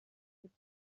could